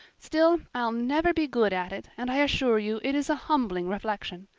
still, i'll never be good at it and i assure you it is a humbling reflection.